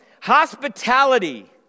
Hospitality